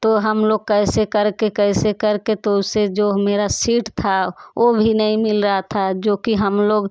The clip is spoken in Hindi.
तो हम लोग कैसे करके कैसे करके तो उसे जो मेरा सीट था वो भी नहीं मिल रहा था जो कि हम लोग